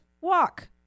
walk